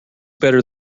better